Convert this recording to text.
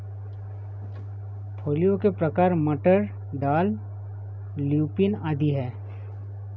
फलियों के प्रकार मटर, दाल, ल्यूपिन आदि हैं